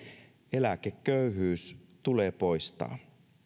eläkeköyhyys tulee poistaa